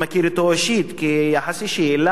לא מכיר אישית כיחס אישי,